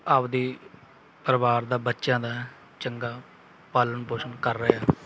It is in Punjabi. ਆਪਦੀ ਪਰਿਵਾਰ ਦਾ ਬੱਚਿਆਂ ਦਾ ਚੰਗਾ ਪਾਲਣ ਪੋਸ਼ਣ ਕਰ ਰਹੇ ਹਨ